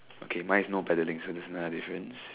okay mine is no paddling so there's another difference